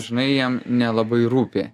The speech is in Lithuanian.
žinai jam nelabai rūpi